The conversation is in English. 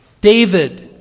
David